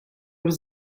was